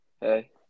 Hey